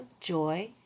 joy